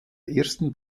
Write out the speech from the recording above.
ersten